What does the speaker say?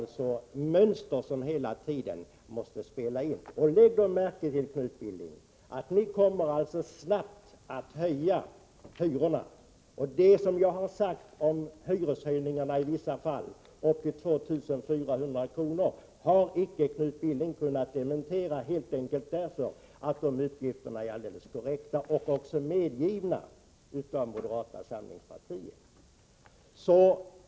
Lägg märke till, Knut Billing, att ni kommer att snabbt höja hyrorna. Det som jag sagt om hyreshöjningar i vissa fall — upp till 2 400 kr. — har Knut Billing inte kunnat dementera, helt enkelt därför att de uppgifterna är fullt korrekta, något som även medgivits av moderata samlingspartiet.